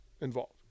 involved